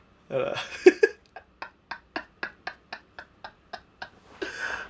uh